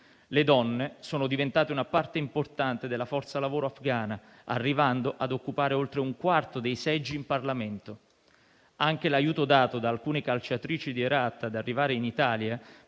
Le donne sono diventate una parte importante della forza lavoro afghana, arrivando ad occupare oltre un quarto dei seggi in Parlamento. Anche l'aiuto dato ad alcune calciatrici di Herat per farle arrivare in Italia,